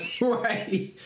Right